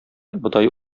бодай